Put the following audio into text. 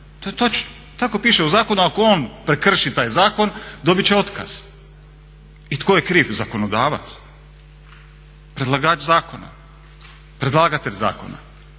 To je točno. Tako piše u zakonu, ako on prekrši taj zakon dobiti će otkaz. I tko je kriv? Zakonodavac, predlagač zakona, predlagatelj zakona.